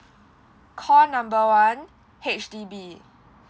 call number one H_D_B